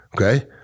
okay